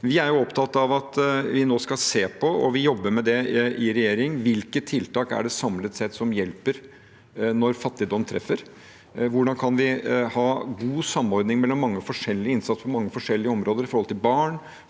være lokalt. Vi skal nå se på – vi jobber med det i regjering – hvilke tiltak som samlet sett hjelper når fattigdom treffer. Hvordan kan vi ha god samordning mellom mange forskjellige innsatser på mange forskjellige områder, med tanke på barn,